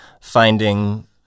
finding